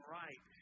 right